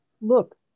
Look